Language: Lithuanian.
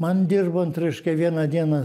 man dirbant reiškia vieną dieną